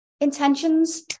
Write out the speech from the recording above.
Intentions